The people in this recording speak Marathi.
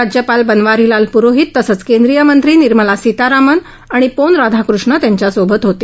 राज्यपाल बनवारीलाल पुरोहित तसंच केंद्रीय मंत्री निर्मला सीतारामन आणि पोन राधाकृष्ण त्यांच्यासोबत होते